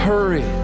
Hurry